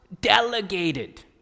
delegated